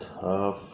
tough